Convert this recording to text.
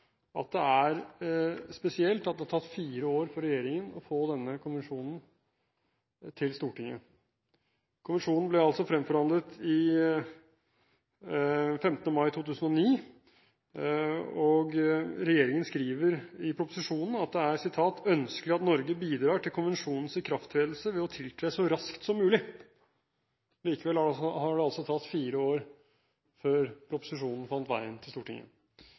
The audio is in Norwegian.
at det er spesielt at det har tatt fire år for regjeringen å få denne konvensjonen til Stortinget. Konvensjonen ble fremforhandlet den 15. mai 2009, og regjeringen skriver i proposisjonen at det er «ønskelig at Norge bidrar til konvensjonens ikrafttredelse ved å tiltre så snart som mulig». Likevel har det tatt fire år før proposisjonen fant veien til Stortinget.